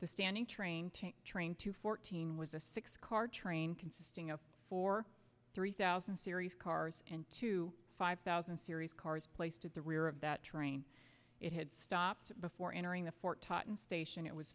the standing train to train to fourteen was a six car train consisting of four three thousand series cars and two five thousand series cars placed at the rear of that train it had stopped before entering the fort totten station it was